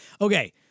Okay